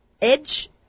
edge